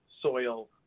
soil